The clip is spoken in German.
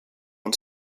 und